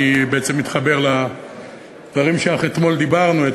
אני מתחבר לדברים שאך אתמול דיברנו עליהם,